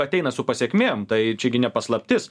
ateina su pasekmėm tai čia gi ne paslaptis